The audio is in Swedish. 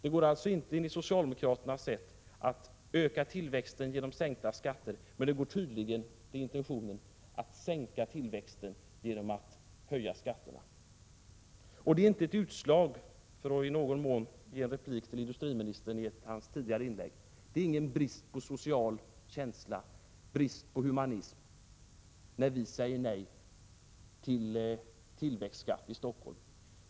Enligt socialdemokraterna går det alltså inte att öka tillväxten genom sänkning av skatter, men det går tydligen, det är intentionen, att sänka tillväxten genom höjning av skatterna. Det är inte ett utslag — för att i någon mån ge en replik till industriministern i hans tidigare inlägg — eller brist på social känsla, brist på humanism, när vi säger nej till tillväxtskatt i Stockholm.